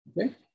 Okay